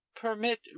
permit